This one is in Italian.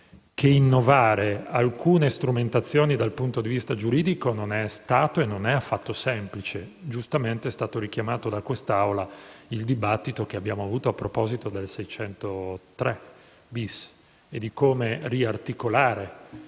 che innovare alcune strumentazioni dal punto di vista giuridico non è stato e non è affatto semplice. Giustamente è stato richiamato in questa Assemblea il dibattito che abbiamo avuto a proposito dell'articolo 603-*bis* e di come riarticolare